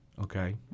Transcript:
Okay